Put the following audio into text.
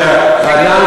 סליחה,